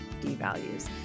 devalues